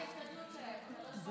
זה רק ההשתדלות שלהם.